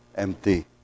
Empty